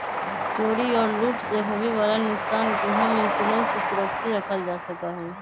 चोरी और लूट से होवे वाला नुकसान के होम इंश्योरेंस से सुरक्षित रखल जा सका हई